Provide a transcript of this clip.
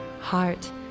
heart